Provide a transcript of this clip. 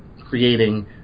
creating